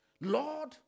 Lord